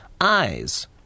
Eyes